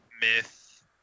myth